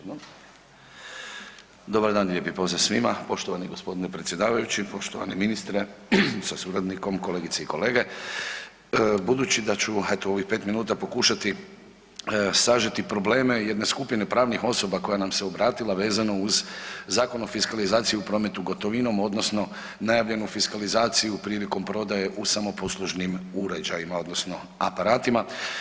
Dobar dan, lijepi pozdrav svima, poštovani gospodine predsjedavajući, poštovani ministre sa suradnikom, kolegice i kolege, budući da ću evo u ovih 5 minuta pokušati sažeti probleme jedne skupine pravnih osoba koja nam se obratila vezano uz Zakon o fiskalizaciji u prometu gotovinom odnosno najavljenu fiskalizaciju prilikom prodaje u samoposlužnim uređajima odnosno aparatima.